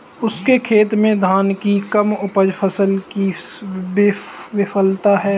उसके खेत में धान की कम उपज फसल की विफलता है